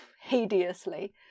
hideously